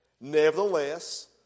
Nevertheless